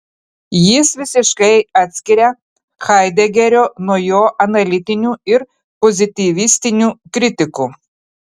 jis visiškai atskiria haidegerio nuo jo analitinių ir pozityvistinių kritikų